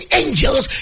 angels